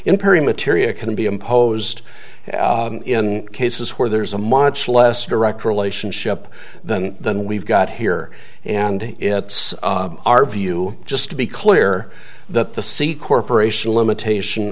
imperium materia can be imposed in cases where there's a much less direct relationship than than we've got here and it's our view just to be clear that the c corporation limitation